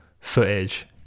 footage